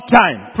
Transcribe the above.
time